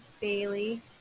Bailey